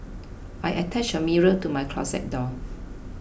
I attached a mirror to my closet door